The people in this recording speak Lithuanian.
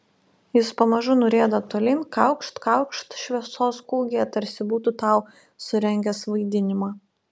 jis pamažu nurieda tolyn kaukšt kaukšt šviesos kūgyje tarsi būtų tau surengęs vaidinimą